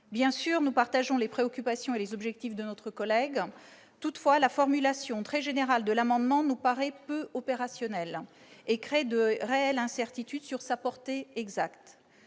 Bien sûr, nous partageons les préoccupations et les objectifs de notre collègue. Toutefois, la formulation très générale de l'amendement nous paraît peu opérationnelle et crée de réelles incertitudes sur sa portée exacte.